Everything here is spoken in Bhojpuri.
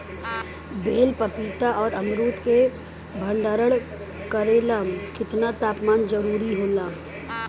बेल पपीता और अमरुद के भंडारण करेला केतना तापमान जरुरी होला?